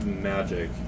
magic